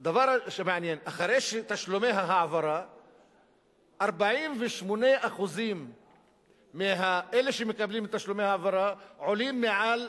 הוא שאחרי תשלומי ההעברה 48% מאלה שמקבלים תשלומי העברה עולים מעל